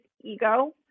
ego